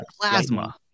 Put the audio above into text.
plasma